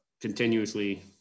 continuously